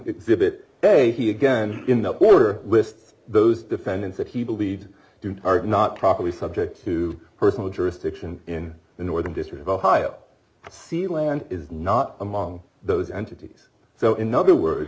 exhibit a he again in the order lists those defendants that he believed do not properly subject to personal jurisdiction in the northern district of ohio sealand is not among those entities so in other words